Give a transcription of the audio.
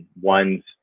one's